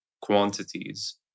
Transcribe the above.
quantities